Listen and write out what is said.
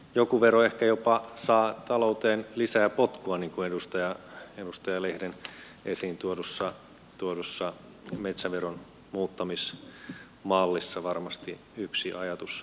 joku vero ehkä jopa saa talouteen lisää potkua niin kuin edustaja lehden esiin tuomassa metsäveron muuttamismallissa varmasti yksi ajatus oli